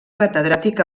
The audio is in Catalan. catedràtic